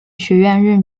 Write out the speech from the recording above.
学院